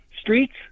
streets